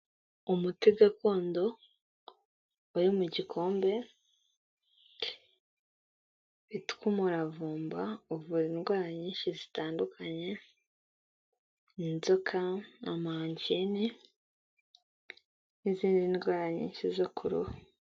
Umuti gakondo uri mu gikombe, witwa umuravumba, uvura indwara nyinshi zitandukanye: inzoka, amanjine n'izindi ndwara nyinshi zo ku ruhu.